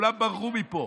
כולן ברחו מפה.